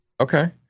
Okay